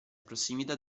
prossimità